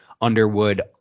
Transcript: Underwood